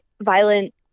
violent